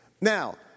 Now